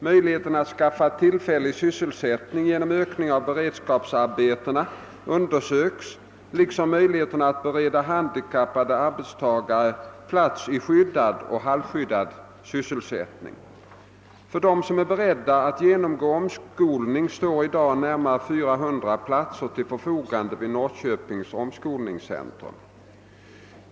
Möjligheten att skaffa tillfällig sysselsättning genom ökning av beredskapsarbetena undersöks liksom möjligheterna att bereda handikappade arbetstagare plats i skyddad och halvskyddad sysselsättning. För dem som är beredda att genomgå omskolning står i dag närmare 400 platser till förfogande vid Norrköpings omskolningscentrum.